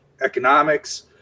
economics